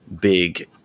big